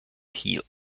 healed